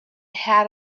had